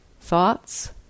thoughts